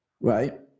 Right